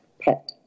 pet